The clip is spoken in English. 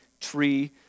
tree